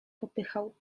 popychał